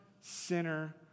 sinner